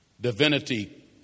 divinity